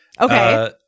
Okay